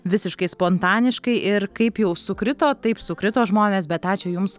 visiškai spontaniškai ir kaip jau sukrito taip sukrito žmonės bet ačiū jums